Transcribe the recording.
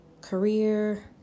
career